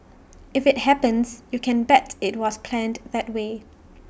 if IT happens you can bet IT was planned that way